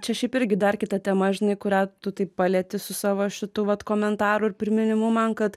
čia šiaip irgi dar kita tema žinai kurią tu taip palieti savo šitu vat komentaru ir priminimu man kad